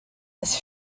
his